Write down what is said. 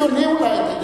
הוא ציוני אולי,